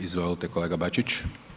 Izvolite kolega Bačić.